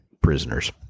prisoners